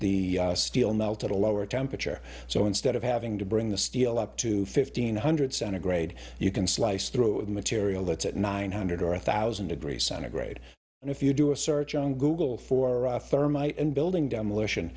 the steel melt at a lower temperature so instead of having to bring the steel up to fifteen hundred santa's grade you can slice through the material that's at nine hundred or a thousand degrees centigrade and if you do a search on google for a thermite and building demolition